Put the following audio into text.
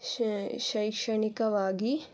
ಶೇ ಶೈಕ್ಷಣಿಕವಾಗಿ